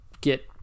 get